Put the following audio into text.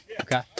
Okay